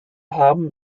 haben